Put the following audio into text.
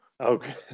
Okay